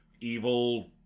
evil